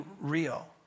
real